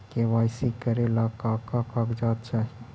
KYC करे ला का का कागजात चाही?